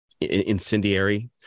incendiary